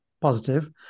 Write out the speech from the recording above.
positive